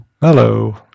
Hello